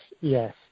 yes